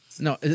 No